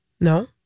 No